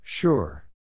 Sure